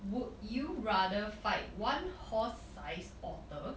would you rather fight one horse sized otter